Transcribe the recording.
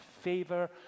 favor